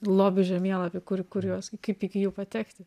lobių žemėlapį kur kur juos kaip iki jų patekti